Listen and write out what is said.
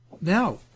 Now